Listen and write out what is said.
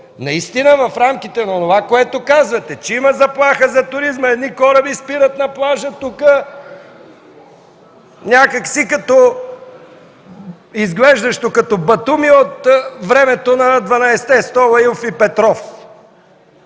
наистина в рамките на онова, което казвате – че има заплаха за туризма, едни кораби спират на плажа тука, някак си изглеждащо като Батуми от времето на „12 стола” – Илф и Петров.